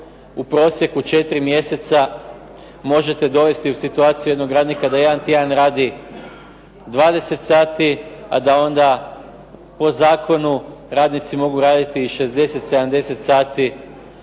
u prosjeku četiri mjeseca možete dovesti u situaciju jednog radnika da jedan tjedan radi 20 sati a da onda po zakonu radnici mogu raditi i 60, 70 sati